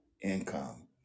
income